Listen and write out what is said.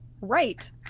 right